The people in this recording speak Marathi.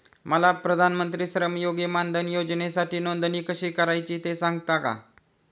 मला प्रधानमंत्री श्रमयोगी मानधन योजनेसाठी नोंदणी कशी करायची ते सांगता का?